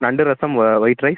நண்டு ரசம் ஓ white rice